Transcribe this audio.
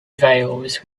veils